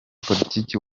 politiki